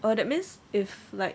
oh that means if like